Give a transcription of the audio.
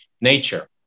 nature